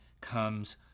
comes